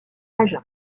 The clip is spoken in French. agen